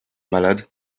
malade